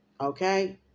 Okay